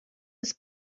des